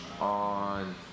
on